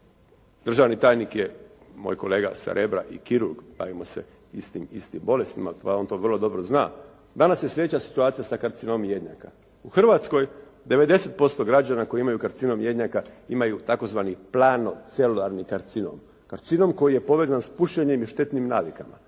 Državni tajnik je moj kolega sa Rebra i kirurg, bavimo se istim bolestima, pa on to vrlo dobro zna. Danas je sljedeća situacija sa karcinomom jednjaka. U Hrvatskoj 90% građana koji imaju karcinom jednjaka imaju tzv. plano celularni karcinom, karcinom koji je povezan sa pušenjem i štetnim navikama,